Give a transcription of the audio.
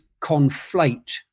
conflate